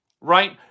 right